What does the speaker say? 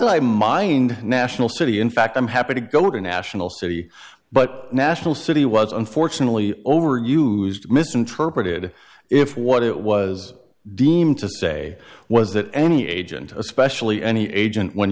that i mind national city in fact i'm happy to go to national city but national city was unfortunately overused misinterpreted if what it was deemed to say was that any agent especially any agent when